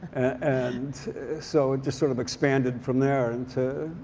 and so it just sort of expanded from there into